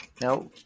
Now